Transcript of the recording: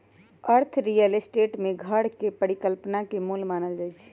अर्थ real estate में घर के परिकल्पना के मूल मानल जाई छई